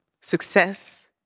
success